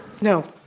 No